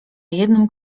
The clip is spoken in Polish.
jednym